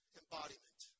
embodiment